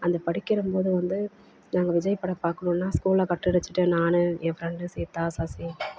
அந்த படிக்கிற போது வந்து நாங்கள் விஜய் படம் பார்க்கணுன்னா ஸ்கூலை கட்டடிச்சுட்டு நான் என் ஃப்ரெண்டு சீதா சசி